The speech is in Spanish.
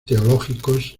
teológicos